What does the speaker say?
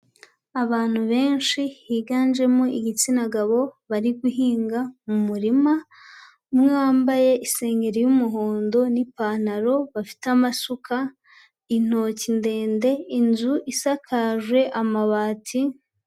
Abantu benshi higanjemo igitsina gabo, bari guhinga mu murima umwe wambaye isengeri y'umuhondo n'ipantaro, bafite amasuka, intoki ndende, inzu isakaje amabati.